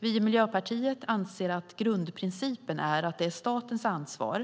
Vi i Miljöpartiet anser att grundprincipen är att det är statens ansvar